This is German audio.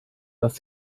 dass